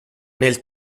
nel